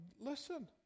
listen